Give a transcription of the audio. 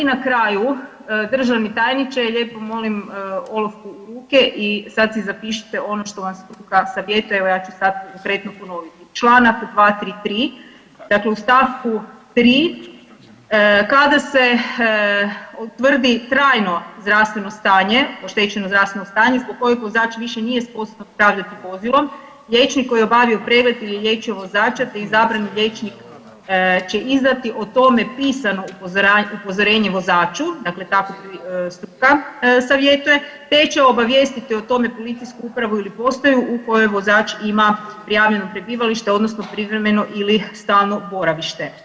I na kraju državni tajniče lijepom molim olovku u ruke i sad si zapišite ono što vam …/nerazumljivo/…… evo ja ću sad …/nerazumljivo/… ponoviti, Članak 233. dakle u stavku 3. kada se utvrdi trajno zdravstveno stanje, oštećeno zdravstveno stanje zbog kojeg vozač više nije sposoban upravljati vozilom, liječnik koji je obavio pregled ili je liječio vozača te izabrani liječnik će izdati o tome pisano upozorenje vozaču dakle …/nerazumljivo/… struka savjetuje te će obavijestiti o tome policijsku upravu ili postaju u kojoj vozač ima prijavljeno prebivalište odnosno privremeno ili stalno boravište.